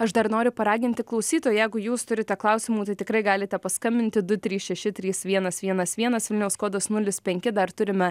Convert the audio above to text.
aš dar noriu paraginti klausytoją jeigu jūs turite klausimų tai tikrai galite paskambinti du trys šeši trys vienas vienas vienas vilniaus kodas nulis penki dar turime